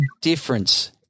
difference